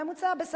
הממוצע, בסדר.